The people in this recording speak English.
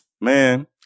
Man